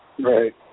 Right